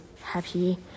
happy